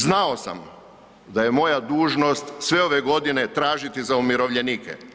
Znao sam da je moja dužnost sve ove godine tražiti za umirovljenike.